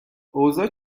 اوضاع